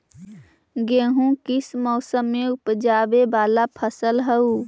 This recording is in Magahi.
गेहूं किस मौसम में ऊपजावे वाला फसल हउ?